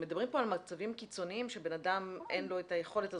מדברים פה על מצבים קיצוניים שלאדם אין היכולת הזאת.